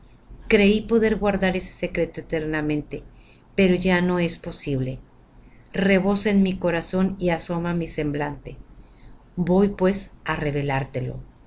creí poder guardar ese secreto eternamente pero no es ya posible rebosa en mi corazón y asoma á mi semblante voy pues á revelártelo tú